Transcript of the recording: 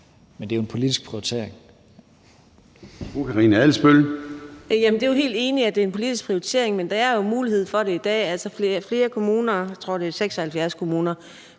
Jamen det er jeg jo helt enig i, altså at det er en politisk prioritering, men der er jo mulighed for det i dag. Flere kommuner, jeg tror, det er 76 kommuner